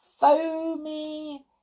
foamy